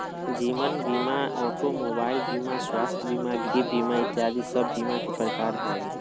जीवन बीमा, automobile बीमा, स्वास्थ्य बीमा, गृह बीमा इत्यादि सब बीमा के प्रकार हय